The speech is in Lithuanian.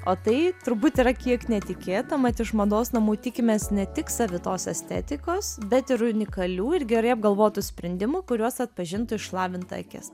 o tai turbūt yra kiek netikėta mat iš mados namų tikimės ne tik savitos estetikos bet ir unikalių ir gerai apgalvotų sprendimų kuriuos atpažintų išlavinta akis